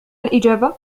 الإجابة